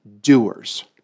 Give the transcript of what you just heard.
doers